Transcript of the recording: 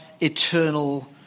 eternal